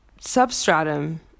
substratum